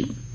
Vikramaditya